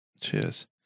Cheers